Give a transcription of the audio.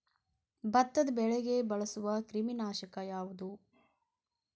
ಭತ್ತದ ಬೆಳೆಗೆ ಬಳಸುವ ಕ್ರಿಮಿ ನಾಶಕ ಯಾವುದು?